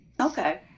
Okay